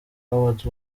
awards